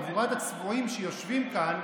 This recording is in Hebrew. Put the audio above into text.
חבורת הצבועים שיושבים כאן,